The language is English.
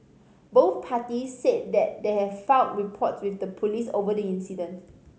both parties said that they have filed reports with the police over the incident